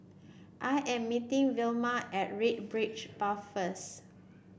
I am meeting Vilma at Red Path first